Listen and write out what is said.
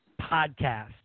podcast